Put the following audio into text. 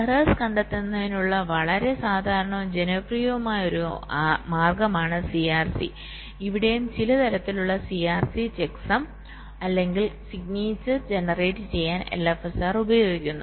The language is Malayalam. എറർസ് കണ്ടെത്തുന്നതിനുള്ള വളരെ സാധാരണവും ജനപ്രിയവുമായ ഒരു മാർഗമാണ് CRC ഇവിടെയും ചില തരത്തിലുള്ള CRC ചെക്ക്സം അല്ലെങ്കിൽ സിഗ്നേച്ചർ ജനറേറ്റ് ചെയ്യാൻ LFSR ഉപയോഗിക്കുന്നു